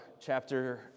chapter